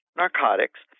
narcotics